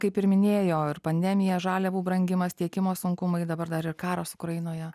kaip ir minėjo ir pandemija žaliavų brangimas tiekimo sunkumai dabar dar ir karas ukrainoje